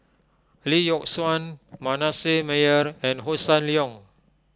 Lee Yock Suan Manasseh Meyer and Hossan Leong